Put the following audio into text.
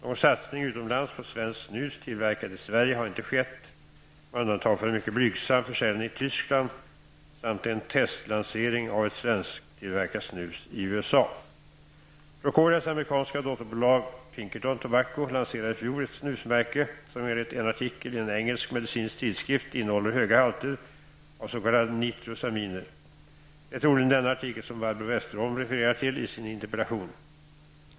Någon satsning utomlands på svenskt snus tillverkat i Sverige har inte skett med undantag för en mycket blygsam försäljning i Tyskland samt en testlansering av ett svensktillverkat snus i USA. Tobacco lanserade i fjol ett snusmärke, som enligt en artikel i en engelsk medicinsk tidskrift innehåller höga halter av s.k. nitrosaminer. Det är troligen denna artikel Barbro Westerholm refererar till i sin interpellation.